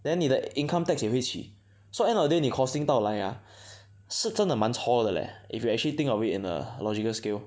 then 你的 income tax 也会起 so end of the day 你 costing 到来 ah 是真的蛮 chor 的 leh if you actually think of it in a logical scale